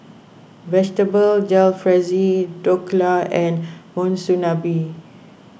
Vegetable Jalfrezi Dhokla and Monsunabe